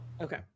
okay